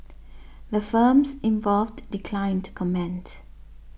the firms involved declined to comment